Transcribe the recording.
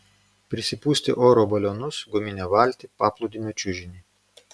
prisipūsti oro balionus guminę valtį paplūdimio čiužinį